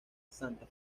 santa